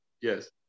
Yes